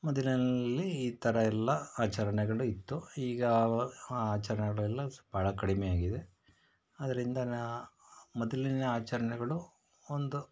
ಮೊದಲನೆನಲ್ಲಿ ಈ ಥರ ಎಲ್ಲ ಆಚರಣೆಗಳು ಇತ್ತು ಈಗ ಆ ಆಚರಣೆಗಳೆಲ್ಲ ಭಾಳ ಕಡಿಮೆಯಾಗಿದೆ ಆದ್ದರಿಂದ ನ ಮೊದಲಿನ ಆಚರಣೆಗಳು ಒಂದು